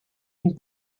une